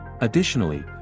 Additionally